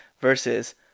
versus